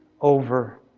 over